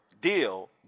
Deal